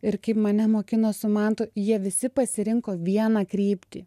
ir kaip mane mokino su mantu jie visi pasirinko vieną kryptį